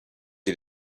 you